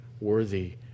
worthy